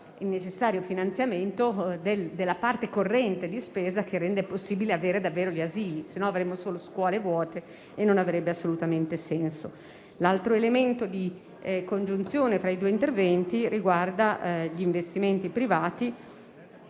il necessario finanziamento della parte corrente di spesa che rende possibile avere davvero gli asini, altrimenti avremmo solo scuole vuote e non avrebbe assolutamente senso. L'altro elemento di congiunzione fra i due interventi riguarda il sostegno agli investimenti privati,